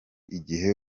igihe